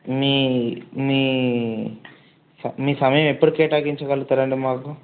మీ మీ మీ సమయం ఎప్పుడు కేటాయించగలుగుతారండి మాకు